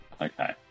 Okay